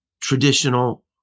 traditional